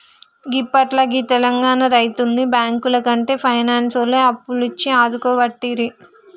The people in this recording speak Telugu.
గిప్పట్ల గీ తెలంగాణ రైతుల్ని బాంకులకంటే పైనాన్సోల్లే అప్పులిచ్చి ఆదుకోవట్టిరి